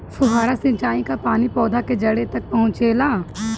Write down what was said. फुहारा सिंचाई का पानी पौधवा के जड़े तक पहुचे ला?